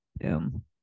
Boom